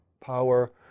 power